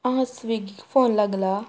आं स्विगीक फोन लागला